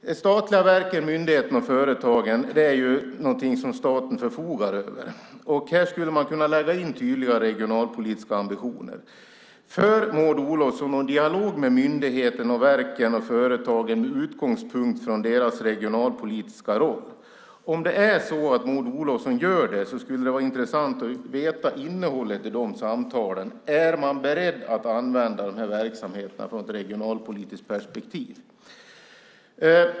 De statliga verken, myndigheterna och företagen är ju någonting som staten förfogar över. Här skulle man kunna lägga in tydliga regionalpolitiska ambitioner. För Maud Olofsson någon dialog med myndigheterna, verken och företagen med utgångspunkt från deras regionalpolitiska roll? Om Maud Olofsson gör det skulle det vara intressant att veta innehållet i de samtalen. Är man beredd att använda de här verksamheterna med ett regionalpolitiskt perspektiv?